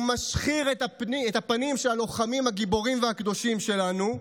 הוא משחיר את הפנים של הלוחמים הגיבורים והקדושים שלנו,